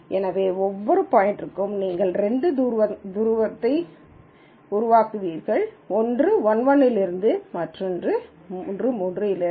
எனவே ஒவ்வொரு பாய்ன்ட்களுக்கும் நீங்கள் இரண்டு தூரத்தை உருவாக்குவீர்கள் ஒன்று 1 1 இலிருந்து மற்றொன்று 3 3 இலிருந்து